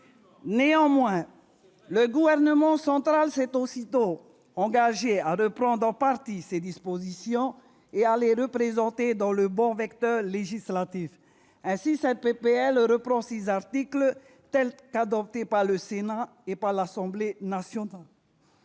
Néanmoins, le Gouvernement central s'est aussitôt engagé à reprendre en partie ces dispositions et à les représenter le bon vecteur législatif. Ainsi, cette proposition de loi reprend six articles tels qu'ils avaient été adoptés par le Sénat et l'Assemblée nationale.